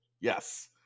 Yes